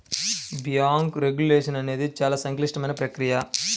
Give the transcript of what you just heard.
bank regulation అనేది చాలా సంక్లిష్టమైన ప్రక్రియ